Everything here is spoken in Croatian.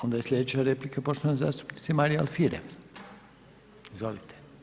Onda je sljedeća replika, poštovane zastupnice Marije Alfirev, izvolite.